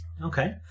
Okay